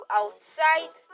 outside